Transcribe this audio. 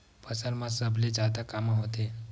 फसल मा सबले जादा कामा होथे?